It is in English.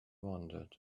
wondered